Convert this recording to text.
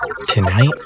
Tonight